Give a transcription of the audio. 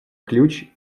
ключ